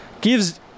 gives